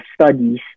studies